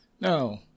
No